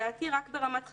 לדעתי זה רק ברמת חקיקה.